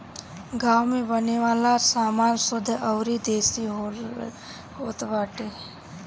गांव में बने वाला सामान शुद्ध अउरी देसी होत बाटे